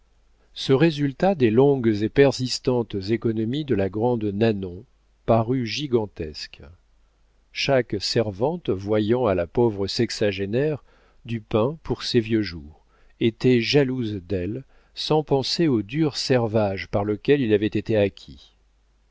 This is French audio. ce résultat des longues et persistantes économies de la grande nanon parut gigantesque chaque servante voyant à la pauvre sexagénaire du pain pour ses vieux jours était jalouse d'elle sans penser au dur servage par lequel il avait été acquis